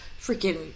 freaking